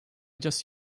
just